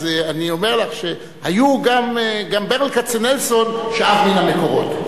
אני אומר לך שגם ברל כצנלסון שאב מהמקורות.